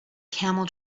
camel